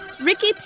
Ricky